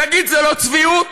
תגיד, זה לא צביעות?